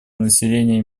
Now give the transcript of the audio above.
населения